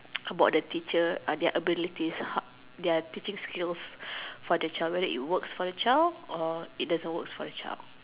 about the teacher their abilities their teaching skills for the child whether it works for the child or it doesn't works for the child